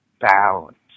balance